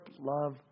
love